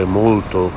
molto